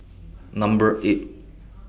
Number eight